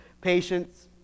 patience